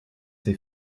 ses